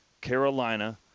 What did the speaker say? Carolina